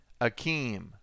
Akeem